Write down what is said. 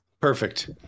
Perfect